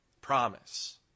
Promise